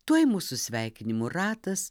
tuoj mūsų sveikinimų ratas